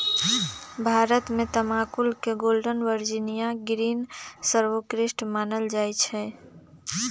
भारत में तमाकुल के गोल्डन वर्जिनियां ग्रीन सर्वोत्कृष्ट मानल जाइ छइ